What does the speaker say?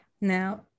Now